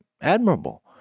admirable